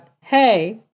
Hey